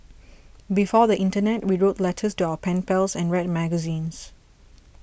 before the internet we wrote letters to our pen pals and read magazines